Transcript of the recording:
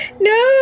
No